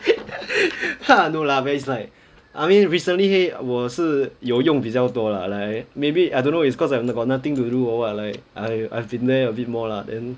!huh! no lah but it's like I mean recently !hey! 我是有用比较多 lah like maybe I don't know it's cause I've got nothing to do or what like I I've been there a bit more lah then